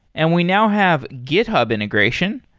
and we now have github integration.